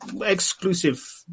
exclusive